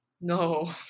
No